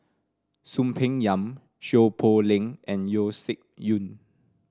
Soon Peng Yam Seow Poh Leng and Yeo Shih Yun